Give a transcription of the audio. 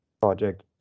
project